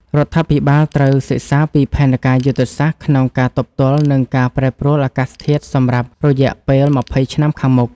រដ្ឋាភិបាលត្រូវសិក្សាពីផែនការយុទ្ធសាស្ត្រក្នុងការទប់ទល់នឹងការប្រែប្រួលអាកាសធាតុសម្រាប់រយៈពេលម្ភៃឆ្នាំខាងមុខ។